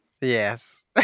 Yes